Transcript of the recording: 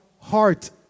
heart